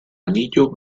anillo